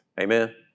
Amen